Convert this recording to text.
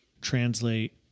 translate